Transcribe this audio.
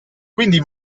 quindi